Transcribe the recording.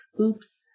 Oops